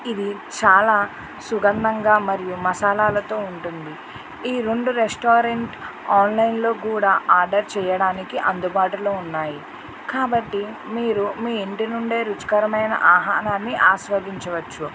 ఇది చాలా సుగంధంగా మరియు మసాలలతో ఉంటుంది ఈ రెండు రెస్టారెంట్లు ఆన్లైన్లో కూడా ఆర్డర్ చేయడానికి అందుబాటులో ఉన్నాయి కాబట్టి మీరు మీ ఇంటి నుండి రుచికరమైన ఆహారాన్ని ఆస్వాదించవచ్చు